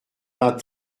vingt